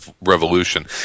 revolution